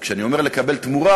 וכשאני אומר לקבל תמורה,